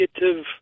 negative